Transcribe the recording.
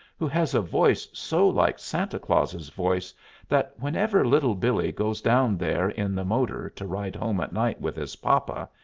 who has a voice so like santa claus's voice that whenever little billee goes down there in the motor to ride home at night with his papa,